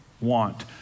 want